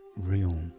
real